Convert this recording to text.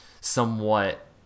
somewhat